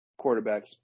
quarterbacks